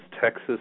Texas